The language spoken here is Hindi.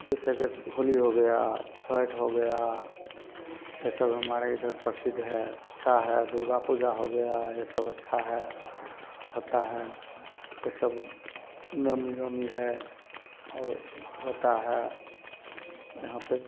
जैसे कि होली हो गया छठ हो गया ये सब हमारा इधर प्रसिद्ध है अच्छा है दुर्गा पूजा हो गया ये सब अच्छा है होता है ये सब नवमी वमी है और होता है